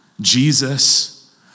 Jesus